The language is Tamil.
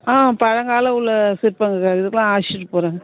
ஆ பழங்கால உள்ள சிற்பங்களுக்லாம் அழைச்சிட்டு போகிறேன்